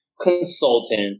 consultant